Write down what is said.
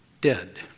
dead